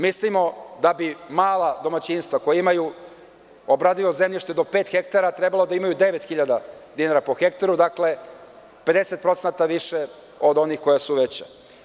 Mislimo da bi mala domaćinstva, koja imaju obradivo zemljište do pet hektara, trebalo da imaju devet hiljada dinara po hektaru, dakle, 50% više od onih koja su veća.